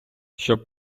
щоб